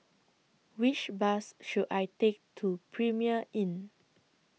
Which Bus should I Take to Premier Inn